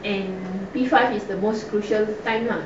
in P five is the most crucial time lah